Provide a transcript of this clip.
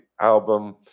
album